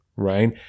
Right